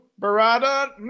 Barada